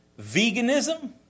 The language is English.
Veganism